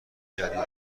جدیه